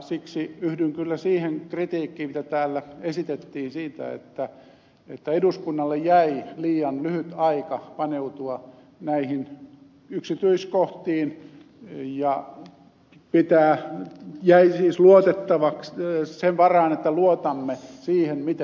siksi yhdyn kyllä siihen kritiikkiin mitä täällä esitettiin siitä että eduskunnalle jäi liian lyhyt aika paneutua näihin yksityiskohtiin ja jäi sen varaan että luotamme siihen miten valmistelu on tehty